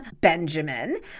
Benjamin